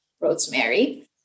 Rosemary